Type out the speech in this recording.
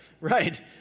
Right